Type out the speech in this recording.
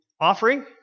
offering